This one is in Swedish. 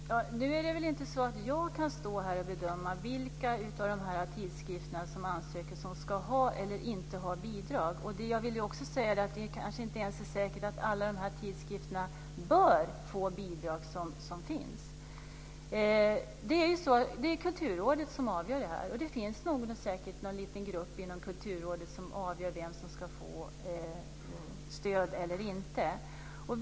Fru talman! Nu är det väl inte så att jag kan stå här och bedöma vilka av de tidskrifter som ansöker som ska ha eller inte ha bidrag. Jag vill också säga att det kanske inte ens är säkert att alla de tidskrifter som finns bör få bidrag. Det är Kulturrådet som avgör det här, och det finns säkert någon liten grupp inom Kulturrådet som avgör vilka som ska få stöd och vilka som inte ska få det.